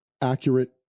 accurate